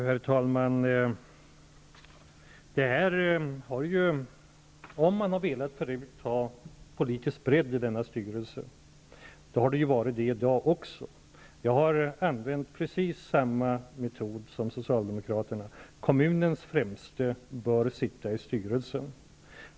Herr talman! Om man tidigare har velat ha poli tisk bredd i denna styrelse, kan jag säga att så är det i dag också. Jag har använt precis samma me tod som Socialdemokraterna. Kommunens främste bör sitta i styrelsen.